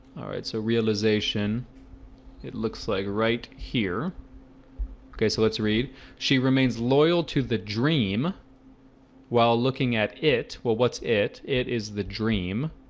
alright so realization it looks like right here okay, so let's read she remains loyal to the dream while looking at it. well, what's it it is the dream